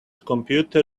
computer